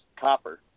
copper